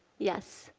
yes.